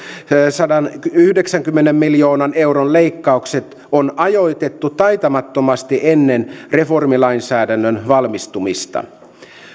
sadanyhdeksänkymmenen miljoonan euron leikkaukset on ajoitettu taitamattomasti ennen reformilainsäädännön valmistumista